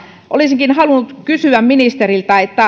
olisinkin halunnut kysyä ministeriltä